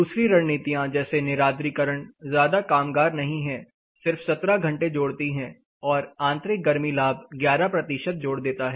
दूसरी रणनीतियां जैसे निरार्द्रीकरण ज्यादा कामगार नहीं है सिर्फ 17 घंटे जोड़ती है और आंतरिक गर्मी लाभ 11 तक जोड़ देता है